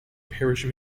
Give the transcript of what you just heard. parish